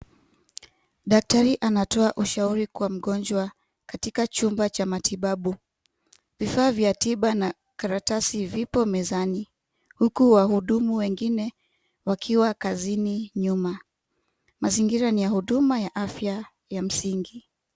Daktari anatoa ushauri kwa mgonjwa katika chumba cha matibabu vifaa vya tiba na karatasi vipo kwenye meza huku wahudumu wengine wakiwa kazini nyuma mazingira ni ya huduma ya afya ya msingi.